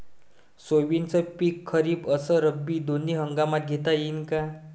सोयाबीनचं पिक खरीप अस रब्बी दोनी हंगामात घेता येईन का?